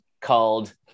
called